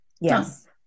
Yes